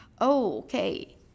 okay